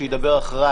שידבר אחרי,